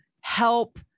help